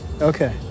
Okay